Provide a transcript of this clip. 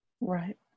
Right